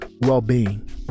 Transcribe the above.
well-being